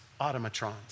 automatrons